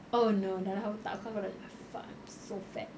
oh no dalam otak aku aku macam oh fuck I'm so fat